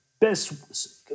best